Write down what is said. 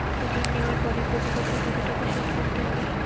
ঋণ নেওয়ার পরে প্রতি বছর কত টাকা সুদ গুনতে হবে?